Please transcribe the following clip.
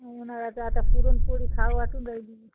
उन्हाळ्याचं आता पुरणपोळी खावं वाटून राहिली